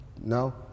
no